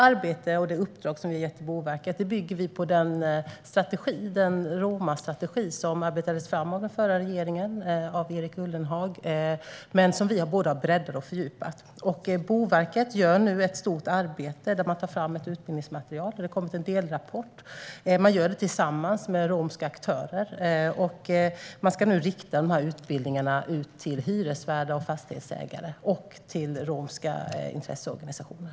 Det uppdrag som vi har gett till Boverket bygger på den romastrategi som arbetades fram av den förra regeringen och Erik Ullenhag. Denna strategi har vi breddat och fördjupat. Boverket gör nu ett stort arbete och tar fram ett utbildningsmaterial, och det har kommit en delrapport. Man gör detta tillsammans med romska aktörer, och man ska nu rikta dessa utbildningar till hyresvärdar och fastighetsägare och till romska intresseorganisationer.